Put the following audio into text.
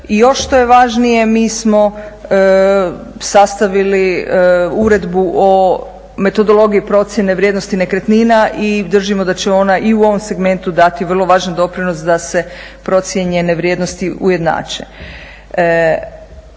i još što je važnije mi smo sastavili Uredbu o metodologiji procjene vrijednosti nekretnina i držimo da će ona i u ovom segmentu dati vrlo važan doprinos da se procijenjene vrijednosti ujednače.